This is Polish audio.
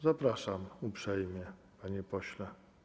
Zapraszam uprzejmie, panie pośle.